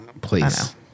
Please